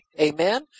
Amen